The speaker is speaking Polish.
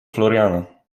floriana